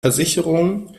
versicherungen